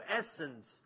essence